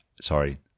sorry